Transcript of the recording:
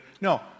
No